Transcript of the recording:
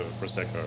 Prosecco